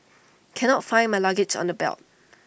cannot find my luggage on the belt